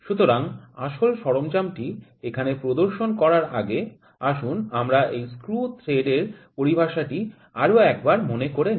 সুতরাং আসল সরঞ্জামটি এখানে প্রদর্শন করার আগে আসুন আমরা এই স্ক্রু থ্রেড এর পরিভাষাটি আরো একবার মনে করে নি